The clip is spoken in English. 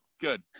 Good